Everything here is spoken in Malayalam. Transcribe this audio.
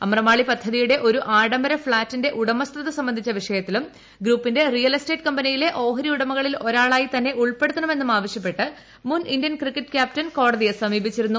അമ്രപാളി പദ്ധതിയുടെ ഒരു ആഡംബര ഫ്ളാറ്റിന്റെ ഉടമസ്ഥത സംബന്ധിച്ച വിഷയത്തിലും ഗ്രൂപ്പിന്റെ റിയൽ എസ്റ്റേറ്റ് കമ്പനിയിലെ ഓഹരി ഉടമകളിൽ ഒരാളായി തന്നെ ഉൾപ്പെടുത്തണമെന്നും ആവശ്യപ്പെട്ട് മുൻ ഇന്ത്യൻ ക്രിക്കറ്റ് ക്യാപ്റ്റൻ കോടതിയെ സമീപിച്ചിരുന്നു